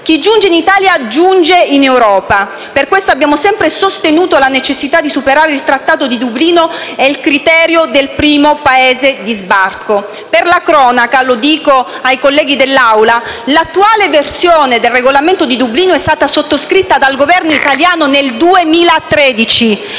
Chi giunge in Italia giunge in Europa, per questo abbiamo sempre sostenuto la necessità di superare il Regolamento di Dublino e il criterio del primo Paese di sbarco. Per la cronaca, lo dico ai colleghi dell'Aula, l'attuale versione del Regolamento di Dublino è stata sottoscritta dal Governo italiano nel 2013,